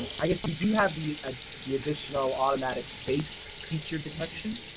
i guess we do have the ah the additional automatic space feature detection.